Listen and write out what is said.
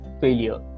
failure